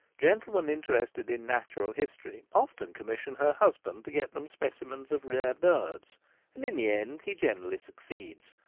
gentlemen interested in natural history often commission her husband to get them specimens of rare birds and in the end he generally succeeds,